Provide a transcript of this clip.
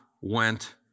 went